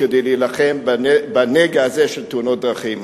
כדי להילחם בנגע הזה של תאונות דרכים.